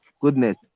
Goodness